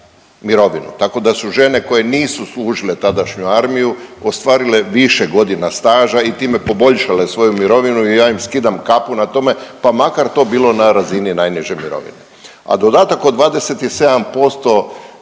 Tako da su žene koje nisu služile tadašnju armiju ostvarile više godina staža i time poboljšale svoju mirovinu i ja im skidam kapu na tome pa makar to bilo na razini najniže mirovine. A dodatak od 27%,